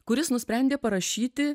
kuris nusprendė parašyti